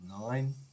Nine